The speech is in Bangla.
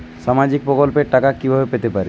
সামাজিক প্রকল্পের টাকা কিভাবে পেতে পারি?